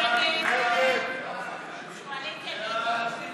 ההסתייגות (285) של חברת הכנסת קארין אלהרר לסעיף